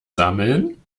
sammeln